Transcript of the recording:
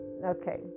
okay